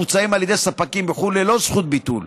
המוצעות על ידי ספקים בחו"ל ללא זכות ביטול,